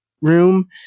room